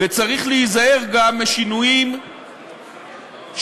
וצריך להיזהר גם משינויים שלא